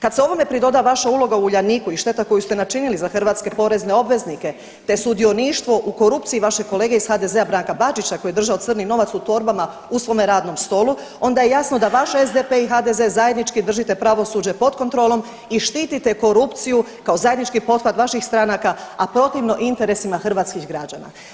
Kad se ovome pridoda vaša uloga u Uljaniku i šteta koju ste načinila za hrvatske porezne obveznike, te sudioništvo u korupciji vašeg kolege iz HDZ-a Branka Bačića koji je držao crni novac u torbama u svome radnom stolu onda je jasno da vaš SDP i HDZ zajednički držite pravosuđe pod kontrolom i štitite korupciju kao zajednički pothvat vaših stranaka, a protivno interesima hrvatskih građana.